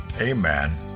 Amen